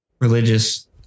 religious